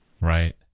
Right